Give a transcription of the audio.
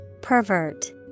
Pervert